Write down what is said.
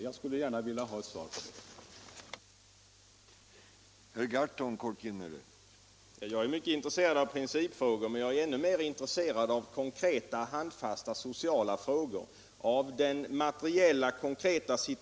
Jag skulle gärna vilja ha ett svar på den frågan.